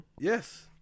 Yes